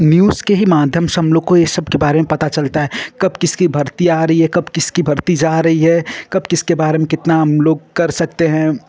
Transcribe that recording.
news के ही माध्यम से हमलोग को इस सबके बारे में पता चलता है कब किसकी भर्ती आ रही है कब किसकी भर्ती जा रही है कब किसके बारे में कितना हमलोग कर सकते हैं